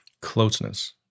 Closeness